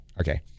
Okay